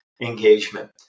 engagement